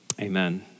Amen